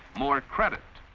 more credit,